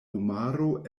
homaro